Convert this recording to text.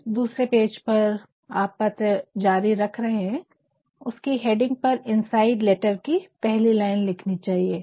जिस दूसरे पेज पर आप पत्र जारी रख रहे है उसकी हैडिंग पर इनसाइड लेटर की पहली लाइन लिखनी चाहिए